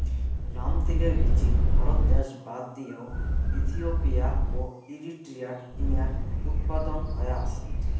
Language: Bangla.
রামতিলের বীচিত ভারত দ্যাশ বাদ দিয়াও ইথিওপিয়া ও এরিট্রিয়াত ইঞার উৎপাদন হয়া আছে